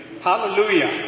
Hallelujah